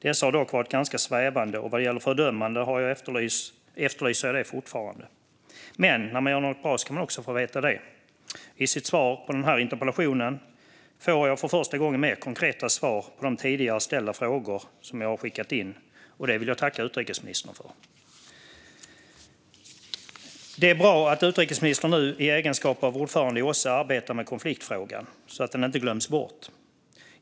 Dessa har dock varit ganska svävande, och vad gäller fördömanden efterlyser jag fortfarande sådana. Men man ska också få veta när man gör något bra. I svaret på denna interpellation får jag för första gången mer konkreta svar på de frågor som jag tidigare ställt, och det vill jag tacka utrikesministern för. Det är bra att utrikesministern nu i egenskap av ordförande i OSSE arbetar med konfliktfrågan, så att den inte glöms bort.